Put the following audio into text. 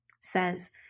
says